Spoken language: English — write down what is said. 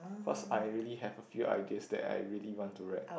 cause I already have a few ideas that I really want to write